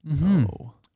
No